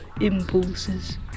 impulses